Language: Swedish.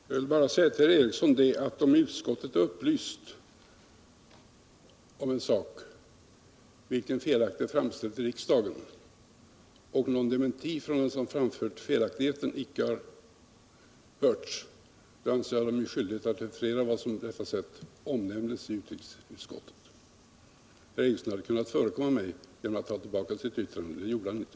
Herr talman! Jag vill bara säga till Sture Ericson att om utskottet upplysts om cen sak vilken felaktigt framställts i riksdagen och någon dementi från den som framfört felaktigheten icke har hörts, då anser jag det vara min skyldighet att referera vad som på detta sätt omnämns i utrikesutskottet. Herr Ericson hade kunnat förekomma mig genom att ta tillbaka sit yttrande. Det gjorde han inte.